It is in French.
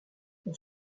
pour